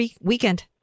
weekend